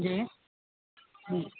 جی جی